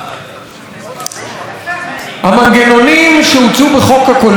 המנגנונים שהוצעו בחוק הקולנוע כדי להתנקש